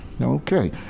Okay